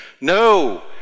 No